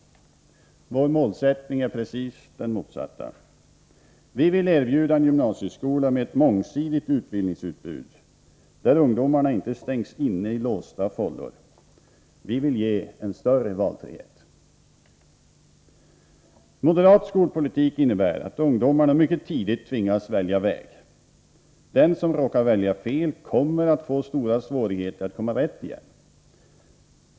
Vår målsättning är precis den motsatta. Vi vill erbjuda en gymnasieskola med ett mångsidigt utbildningsutbud där ungdomarna inte stängs in i låsta fållor. Vi vill ge en större valfrihet. Moderat skolpolitik innebär att ungdomarna mycket tidigt tvingas välja väg. Den som råkar välja fel kommer att få stora svårigheter att komma rätt igen.